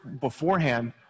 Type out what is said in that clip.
beforehand